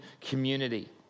community